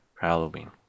Halloween